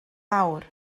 fawr